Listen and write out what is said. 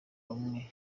umwe